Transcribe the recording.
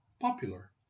popular